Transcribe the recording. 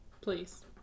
Please